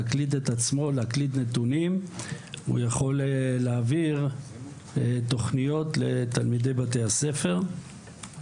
להקליד את עצמו ואת הנתונים והוא יכול להעביר תוכניות לתלמידי בתי הספר.